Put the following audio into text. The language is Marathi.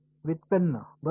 व्युत्पन्न बरोबर